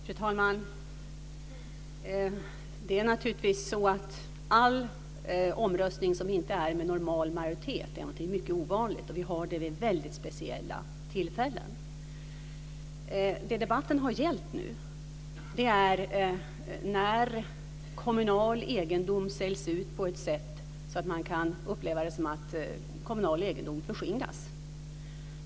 Fru talman! Det är naturligtvis så att all omröstning som inte sker med normal majoritet är mycket ovanligt. Vi tillämpar det vid väldigt speciella tillfällen. Vad debatten har gällt nu är när kommunal egendom säljs ut på ett sätt så att man kan uppleva det som att kommunal egendom förskingras.